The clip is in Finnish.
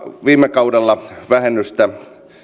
viime kaudella vähennystä